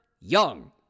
Young